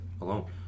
alone